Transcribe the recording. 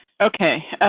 okay